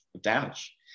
damage